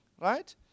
right